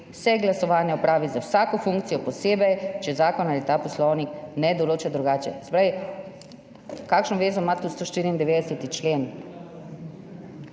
se glasovanje opravi za vsako funkcijo posebej, če zakon ali ta poslovnik ne določa drugače. Se pravi, kakšno vezo ima tu 194. člen?